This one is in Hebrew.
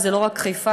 זה כמובן לא רק חיפה,